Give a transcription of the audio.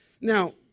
Now